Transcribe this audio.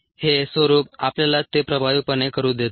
हे स्वरूप आपल्याला ते प्रभावीपणे करू देत नाही